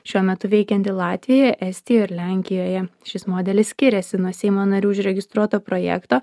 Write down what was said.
šiuo metu veikiantį latvijoje estijoje ir lenkijoje šis modelis skiriasi nuo seimo narių užregistruoto projekto